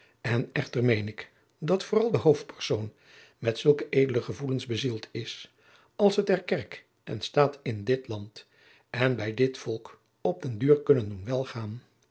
en echter meen ik dat vooral de hoofdpersoon met zulke edele gevoelens bezield is als het der kerk en staat in dit land en bij dit volk op den duur kunnen doen welgaan